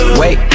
wait